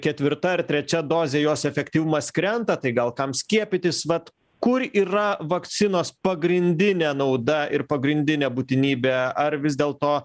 ketvirta ar trečia dozė jos efektyvumas krenta tai gal kam skiepytis vat kur yra vakcinos pagrindinė nauda ir pagrindinė būtinybė ar vis dėlto